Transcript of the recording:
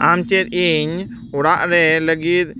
ᱟᱢ ᱪᱮᱫ ᱤᱧ ᱚᱲᱟᱜ ᱨᱮ ᱞᱟᱹᱜᱤᱫ